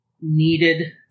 needed